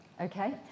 Okay